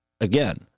again